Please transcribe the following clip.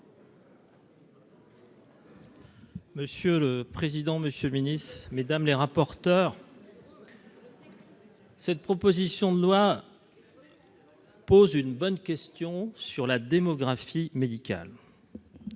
Monsieur le président, monsieur le Ministre Mesdames les rapporteurs. Cette proposition de loi. Pose une bonne question sur la démographie médicale,